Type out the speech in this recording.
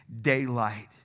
daylight